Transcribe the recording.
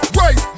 right